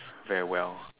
very well